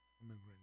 immigrants